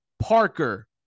Parker